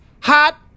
hot